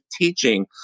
teaching